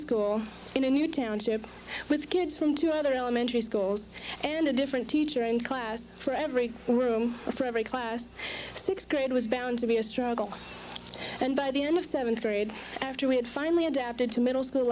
school in a new township with kids from two other elementary schools and a different teacher and class for every room for every class six grade was bound to be a struggle and by the end of seventh grade after we had finally adapted to middle school